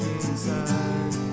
inside